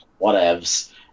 Whatevs